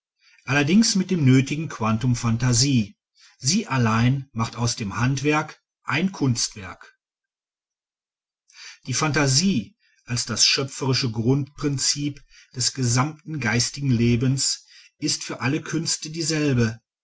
allerdings mit dem nötigen quantum phantasie sie allein macht aus dem handwerk ein kunstwerk die phantasie als das schöpferische grundprinzip des gesamten geistigen lebens ist für alle künste dieselbe